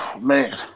Man